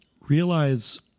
realize